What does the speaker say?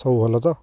ସବୁ ଭଲ ତ